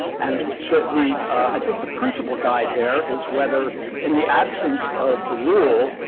and the the i think the principal guide there is whether in the absence of the rule,